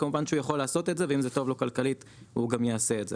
כמובן שהוא יוכל לעשות את זה ואם זה טוב לו כלכלית הוא גם יעשה את זה,